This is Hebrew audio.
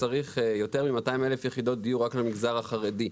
צריך יותר מ-200,000 יחידות דיור רק למגזר החרדי.